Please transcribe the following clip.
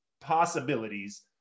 possibilities